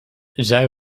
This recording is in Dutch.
zij